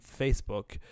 facebook